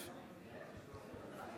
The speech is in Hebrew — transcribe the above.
בהצבעה